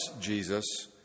Jesus